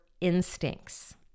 instincts